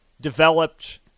developed